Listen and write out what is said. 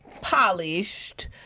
Polished